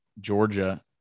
Georgia